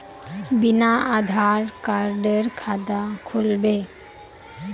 बिना आधार कार्डेर खाता खुल बे?